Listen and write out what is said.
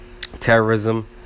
terrorism